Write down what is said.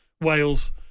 Wales